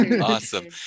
Awesome